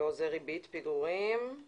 לראות אם